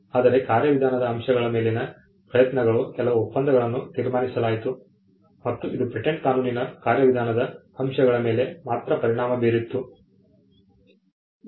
ಆದರೆ ಕಾರ್ಯವಿಧಾನದ ಅಂಶಗಳ ಮೇಲಿನ ಪ್ರಯತ್ನಗಳು ಕೆಲವು ಒಪ್ಪಂದಗಳನ್ನು ತೀರ್ಮಾನಿಸಲಾಯಿತು ಮತ್ತು ಇದು ಪೇಟೆಂಟ್ ಕಾನೂನಿನ ಕಾರ್ಯವಿಧಾನದ ಅಂಶಗಳ ಮೇಲೆ ಮಾತ್ರ ಪರಿಣಾಮ ಬೀರಿತು